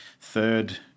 third